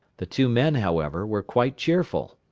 the two men, however, were quite cheerful.